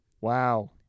Wow